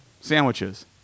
sandwiches